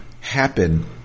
happen